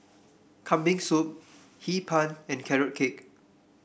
Kambing Soup Hee Pan and Carrot Cake